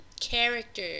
character